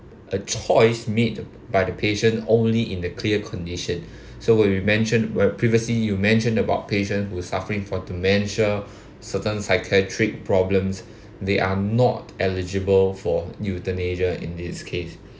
a choice made by the patient only in the clear condition so when we mentioned were previously you mentioned about patient who suffering for dementia certain psychiatric problems they are not eligible for euthanasia in this case